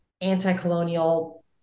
anti-colonial